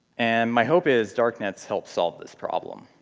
and my hope is, darknets help solve this problem.